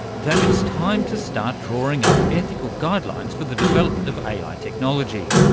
then it's time to start drawing up ethical guidelines for the development of ai ai technology.